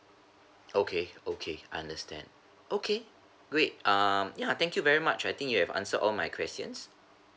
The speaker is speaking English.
okay okay understand okay great um ya thank you very much I think you have answered all my questions